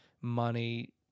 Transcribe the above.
money